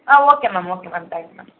ah okay ma'am okay ma'am thank you ma'am